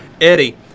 eddie